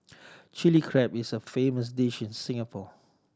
Chilli Crab is a famous dish in Singapore